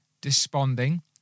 desponding